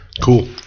Cool